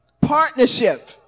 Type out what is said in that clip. partnership